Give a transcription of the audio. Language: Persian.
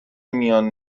میان